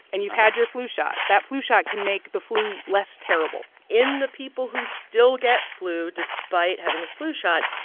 and you've had your flu shot, that flu shot can make the flu less terrible in the people who still get flu despite having the flu shot,